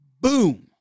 Boom